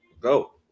go